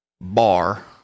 bar